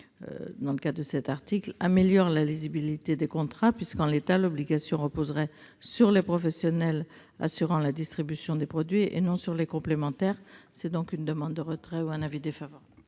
dans cet article améliore la lisibilité des contrats, puisque, en l'état, l'obligation reposerait sur les professionnels assurant la distribution des produits et non sur les complémentaires. Je demande donc le retrait de cet amendement